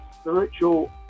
spiritual